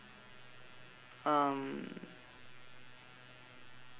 um